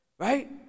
Right